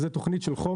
אז זו התוכנית של חומש